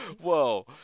whoa